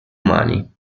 umani